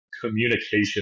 communication